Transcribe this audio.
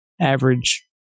average